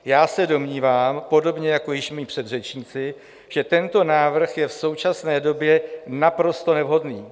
Já se domnívám, podobně jako již mí předřečnici, že tento návrh je v současné době naprosto nevhodný.